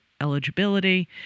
eligibility